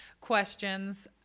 questions